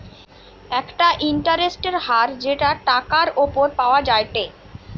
একটা ইন্টারেস্টের হার যেটা টাকার উপর পাওয়া যায়টে